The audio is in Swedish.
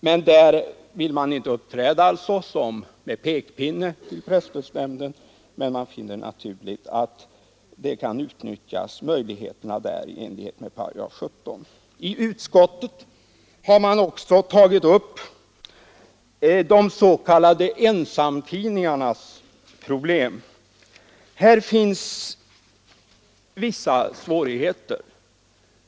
Man vill inte uppträda med pekpinne i förhållande till presstödsnämnden, men man finner det naturligt att möjligheterna utnyttjas i enlighet med 17 8. I utskottet har man också tagit upp de s.k. ensamtidningarnas problem. Här finns vissa svårigheter.